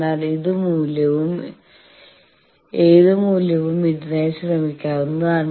എന്നാൽ ഏത് മൂല്യവും ഇതിനായി ശ്രമിക്കാവുന്നതാണ്